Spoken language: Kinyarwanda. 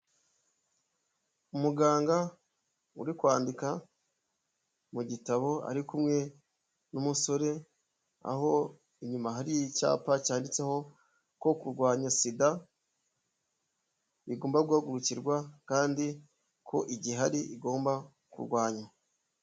Umuganga uri kwandika mu gitabo, ari kumwe n'umusore, aho inyuma hari icyapa cyanditseho ko kurwanya sida, bigomba guhagurukirwa, kandi ko igihari igomba kurwanywa.